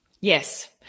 Yes